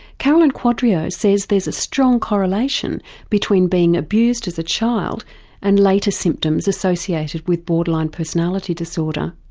carolyn quadrio says there's a strong correlation between being abused as a child and later symptoms associated with borderline personality disorder.